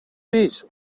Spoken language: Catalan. peix